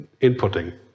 inputting